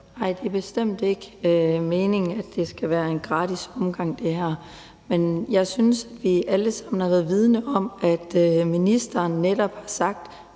det er bestemt ikke meningen, at det her skal være en gratis omgang. Men jeg synes, vi alle sammen har været vidende om, at ministeren netop havde